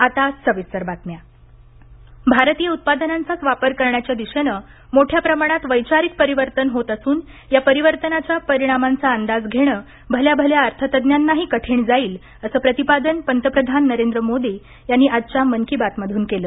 मन की बात भारतीय उत्पादनांचाच वापर करण्याच्या दिशेनं मोठ्या प्रमाणात वैचारिक परिवर्तन होत असून या परिवर्तनाच्या परिणामांचा अंदाज घेणं भल्याभल्या अर्थतज्ञांनाही कठीण जाईल असं प्रतिपादन पंतप्रधान नरेंद्र मोदी यांनी आजच्या मन की बात मधून केलं